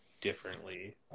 differently